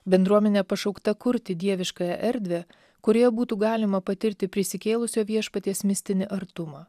bendruomenė pašaukta kurti dieviškąją erdvę kurioje būtų galima patirti prisikėlusio viešpaties mistinį artumą